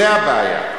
זו הבעיה.